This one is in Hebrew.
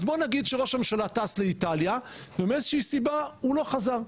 אז בוא נגיד שראש הממשלה טס לאיטליה ומאיזושהי סיבה הוא לא חזר,